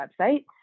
website